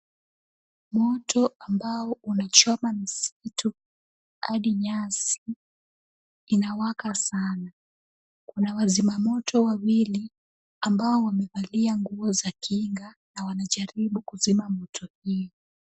Moto ambao unachoma msitu hadi nyasi inawaka sana. Kuna wazimamoto wawili ambao wamevalia nguo za kinga na wanajaribu kuzima moto hiyo.